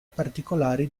particolari